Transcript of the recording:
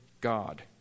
God